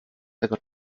tego